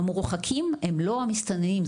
המורחקים הם לא המסתננים,